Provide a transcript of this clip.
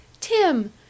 Tim